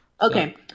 Okay